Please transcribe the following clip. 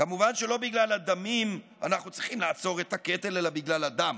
כמובן שלא בגלל הדמים אנחנו צריכים לעצור את הקטל אלא בגלל הדם,